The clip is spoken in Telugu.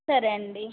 సరే అండి